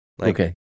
Okay